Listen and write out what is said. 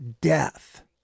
death